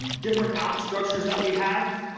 different out structures that we have,